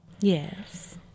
Yes